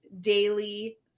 daily